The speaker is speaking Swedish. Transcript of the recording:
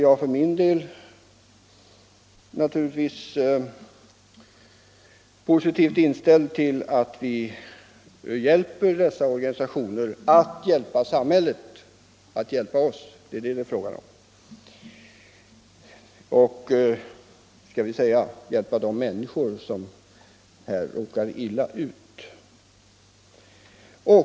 Jag är naturligtvis positivt inställd till att vi stödjer dessa organisationer när det gäller att hjälpa samhället, att hjälpa alla — det är vad det till sist är fråga om — att bistå de människor som här råkat illa ut.